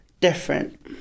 different